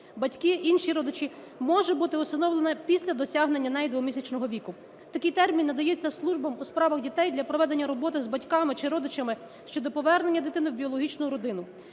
батьки, інші родичі, може бути усиновлена після досягнення нею 2-місячного віку. Такий термін надається службам у справах дітей для проведення роботи з батьками чи родичами щодо повернення дитини в біологічну родину.